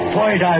point